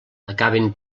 acaben